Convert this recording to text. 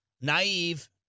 naive